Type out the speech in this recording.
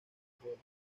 mongoles